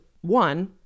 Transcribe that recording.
one